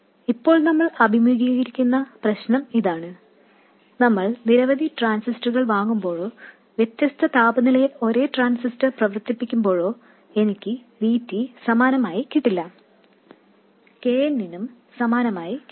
ഇപ്പോൾ നമ്മൾ അഭിമുഖീകരിക്കുന്ന പ്രശ്നം ഇതാണ് നമ്മൾ നിരവധി ട്രാൻസിസ്റ്ററുകൾ വാങ്ങുമ്പോഴോ വ്യത്യസ്ത താപനിലയിൽ ഒരേ ട്രാൻസിസ്റ്റർ പ്രവർത്തിപ്പിക്കുമ്പോഴോ എനിക്ക് V T സമാനമായി കിട്ടില്ല k n നും സമാനമായി കിട്ടില്ല